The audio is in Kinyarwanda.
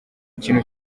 ikintu